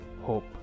Hope